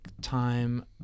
time